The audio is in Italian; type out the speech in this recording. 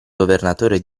governatore